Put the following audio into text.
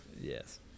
Yes